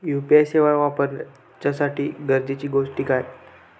UPI सेवा वापराच्यासाठी गरजेचे गोष्टी काय?